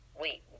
wait